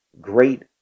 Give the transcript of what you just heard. Great